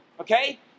Okay